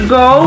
go